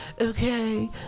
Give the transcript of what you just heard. okay